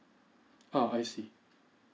ah I see